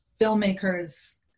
filmmakers